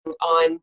on